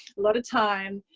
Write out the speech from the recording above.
lot of time.